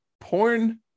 porn